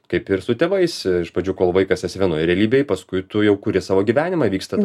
kaip ir su tėvais iš pradžių kol vaikas esi vienoj realybėj paskui tu jau kuri savo gyvenimą vykstant